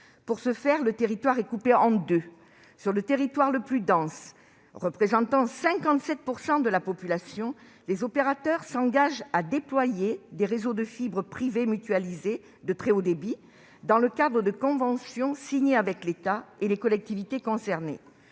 Pour ce faire, le territoire est coupé en deux. Sur le territoire le plus dense, représentant 57 % de la population, les opérateurs s'engagent à déployer des réseaux de fibre privés mutualisés de très haut débit dans le cadre de conventions signées avec l'État et les collectivités concernées.